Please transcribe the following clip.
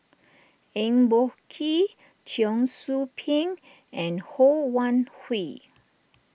Eng Boh Kee Cheong Soo Pieng and Ho Wan Hui